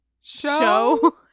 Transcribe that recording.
show